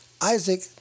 Isaac